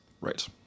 Right